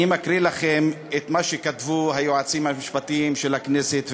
אני מקריא לכם את מה שכתבו היועצים המשפטיים של הכנסת,